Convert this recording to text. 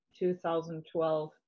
2012